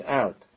out